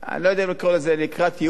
אני לא יודע אם לקרוא לזה לקראת ייאוש,